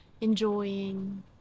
enjoying